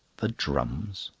the drums?